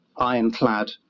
ironclad